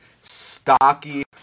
stocky